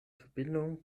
verbindung